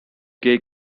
gay